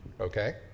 Okay